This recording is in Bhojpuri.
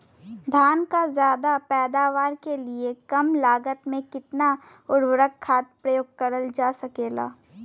धान क ज्यादा पैदावार के लिए कम लागत में कितना उर्वरक खाद प्रयोग करल जा सकेला?